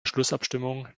schlussabstimmung